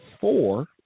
four